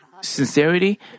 Sincerity